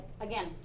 again